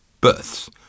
Births